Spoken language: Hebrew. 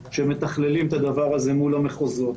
שמתכללים את הדבר הזה מול המחוזות.